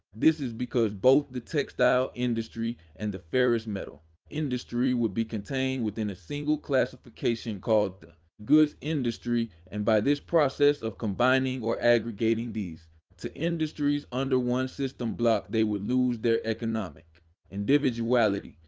this is because both the textile industry and the ferrous metal industry would be contained within a single classification called the goods industry and by this process of combining or aggregating these two industries under one system block they would lose their economic individuality.